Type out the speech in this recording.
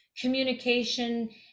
communication